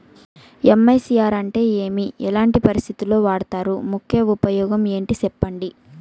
MICR అంటే ఏమి? ఎట్లాంటి పరిస్థితుల్లో వాడుతారు? ముఖ్య ఉపయోగం ఏంటి సెప్పండి?